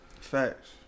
Facts